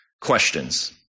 questions